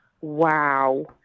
wow